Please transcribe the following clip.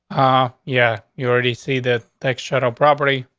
ah, yeah, you already see the text shuttle property.